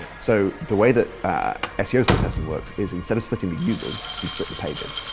so the way that seo split testing works is instead of splitting the users, you split the pages.